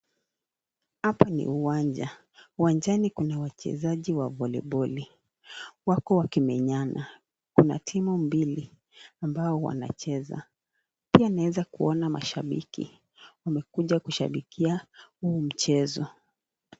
Hapa ni uwanja uwanjani kuna wachezaji wa voliboli, wako wakimenyana, kuna timu mbili ambao wanacheza pia naweza kuona mashabiki wamekuja kushabikia mchezo.